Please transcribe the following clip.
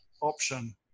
option